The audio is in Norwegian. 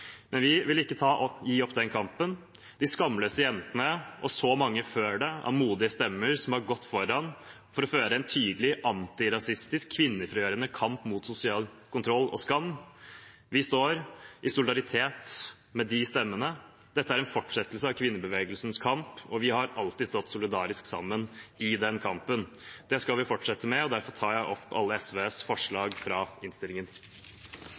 men ikke vil støtte konkrete tiltak. Men vi vil ikke gi opp kampen. «De skamløse jentene» og mange før dem er modige stemmer som har gått foran for å føre en tydelig antirasistisk, kvinnefrigjørende kamp mot sosial kontroll og skam. Vi står i solidaritet med de stemmene. Dette er en fortsettelse av kvinnebevegelsens kamp, og vi har alltid stått solidarisk sammen i den kampen. Det skal vi fortsette med, og derfor tar jeg opp